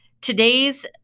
Today's